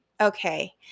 Okay